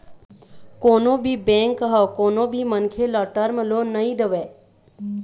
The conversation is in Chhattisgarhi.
कोनो भी बेंक ह कोनो भी मनखे ल टर्म लोन नइ देवय